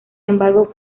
embargo